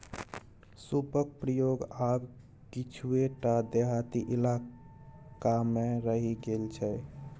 सूपक प्रयोग आब किछुए टा देहाती इलाकामे रहि गेल छै